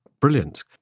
Brilliant